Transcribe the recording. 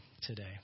today